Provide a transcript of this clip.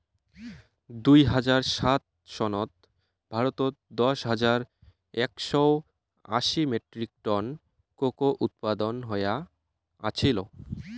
দুই হাজার সাত সনত ভারতত দশ হাজার একশও আশি মেট্রিক টন কোকো উৎপাদন হয়া আছিল